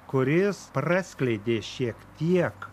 kuris praskleidė šiek tiek